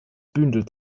bündel